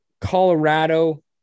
Colorado